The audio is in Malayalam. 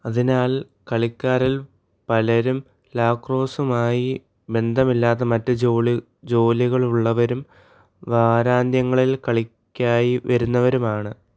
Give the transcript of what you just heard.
അതിനാൽ കളിക്കാരിൽ പലരും ലാക്രോസുമായി ബന്ധമില്ലാത്ത മറ്റ് ജോലികളുള്ളവരും വാരാന്ത്യങ്ങളിൽ കളിക്കായി വരുന്നവരുമാണ്